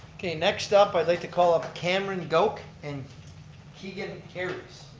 okay next up i'd like to call up cameron goak, and keegan harries.